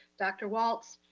dr. walts.